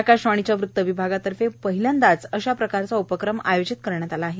आकाशवाणीच्या वृत विभागातर्फे पहिल्यांदाच अशा प्रकारचे उपक्रम आयोजित करण्यात आला आहे